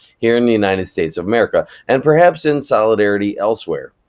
here in the united states of america, and perhaps in solidarity elsewhere,